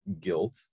guilt